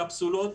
קפסולות.